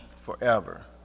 forever